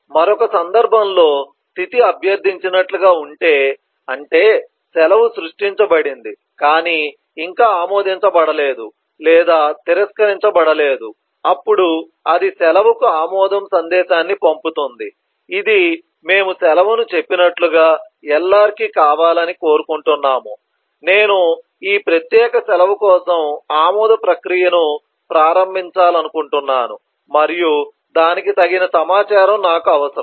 మరొక సందర్భంలో స్థితి అభ్యర్థించినట్లుగా ఉంటే అంటే సెలవు సృష్టించబడింది కాని ఇంకా ఆమోదించబడలేదు లేదా తిరస్కరించబడలేదు అప్పుడు అది సెలవుకు ఆమోదం సందేశాన్ని పంపుతుంది ఇది మేము సెలవును చెప్పినట్లుగా LR కి కావాలని కోరుకుంటున్నాము నేను ఈ ప్రత్యేక సెలవు కోసం ఆమోద ప్రక్రియను ప్రారంభించాలనుకుంటున్నాను మరియు దానికి తగిన సమాచారం నాకు అవసరం